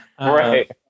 Right